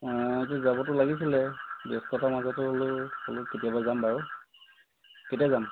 অ সেইটো যাবতো লাগিছিলে ব্যস্ততাৰ মাজতো হ'লেও কেতিয়াবা যাম বাৰু কেতিয়া যাম